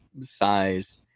size